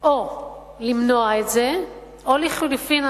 או למנוע את זה או לחלופין,